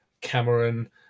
Cameron